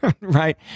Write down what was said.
Right